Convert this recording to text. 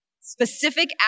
specific